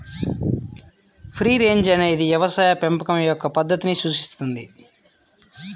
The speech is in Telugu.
ఫ్రీ రేంజ్ అనేది వ్యవసాయ పెంపకం యొక్క పద్ధతిని సూచిస్తుంది